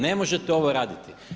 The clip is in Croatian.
Ne možete ovo raditi.